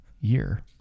year